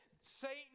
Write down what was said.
Satan